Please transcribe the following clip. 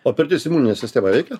o pirtis imuninę sistemą veikia